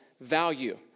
value